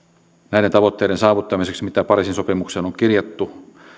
näiden tavoitteiden saavuttamiseksi mitä pariisin sopimukseen on kirjattu